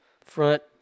Front